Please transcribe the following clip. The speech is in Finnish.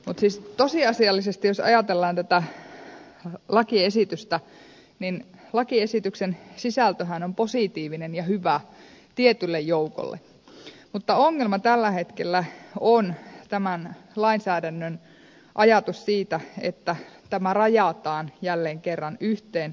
siis tosiasiallisesti jos ajatellaan tätä lakiesitystä lakiesityksen sisältöhän on positiivinen ja hyvä tietylle joukolle mutta ongelma tällä hetkellä on tämän lainsäädännön ajatus siitä että tämä rajataan jälleen kerran yhteen ryhmään